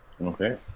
Okay